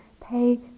pay